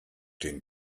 den